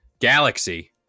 Galaxy